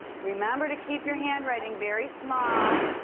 remember to keep your handwriting very small